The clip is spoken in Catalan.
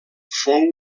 fou